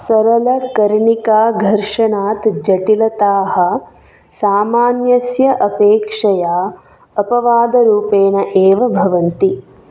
सरलकर्णिकाघर्षणात् जटिलताः सामान्यस्य अपेक्षया अपवादरूपेण एव भवन्ति